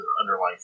underlying